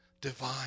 divine